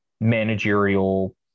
managerial